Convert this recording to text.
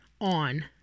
on